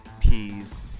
peas